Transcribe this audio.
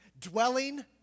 Dwelling